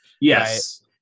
yes